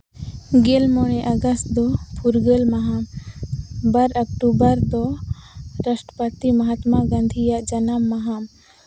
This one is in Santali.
ᱜᱮᱞ ᱢᱚᱬᱮ ᱟᱜᱚᱥᱴ ᱫᱚ ᱯᱷᱩᱨᱜᱟᱹᱞ ᱢᱟᱦᱟ ᱵᱟᱨ ᱚᱠᱴᱳᱵᱚᱨ ᱫᱚ ᱨᱟᱥᱴᱨᱚᱯᱚᱛᱤ ᱢᱚᱦᱟᱛᱢᱟ ᱜᱟᱱᱫᱷᱤᱭᱟᱜ ᱡᱟᱱᱟᱢ ᱢᱟᱦᱟ